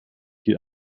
hier